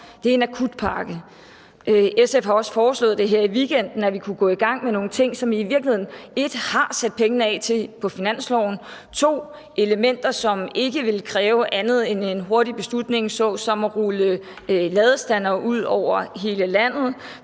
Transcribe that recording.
om, er en akutpakke. SF har også foreslået her i weekenden, at vi kunne gå i gang med nogle ting, som vi i virkeligheden 1) har sat pengene af til i finansloven, og som 2) er elementer, som ikke vil kræve andet end en hurtig beslutning såsom at rulle ladestandere ud over hele landet,